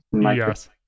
Yes